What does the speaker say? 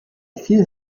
viel